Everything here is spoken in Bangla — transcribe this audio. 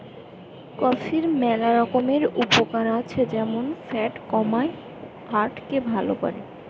কফির ম্যালা রকমের উপকার আছে যেমন ফ্যাট কমায়, হার্ট কে ভাল করে